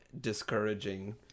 discouraging